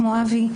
כמו אבי,